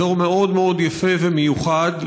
אזור מאוד מאוד יפה ומיוחד,